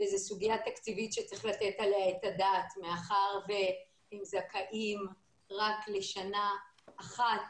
זו סוגיה תקציבית שצריך לתת עליה את הדעת מאחר והם זכאים רק לשנה אחת,